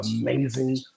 amazing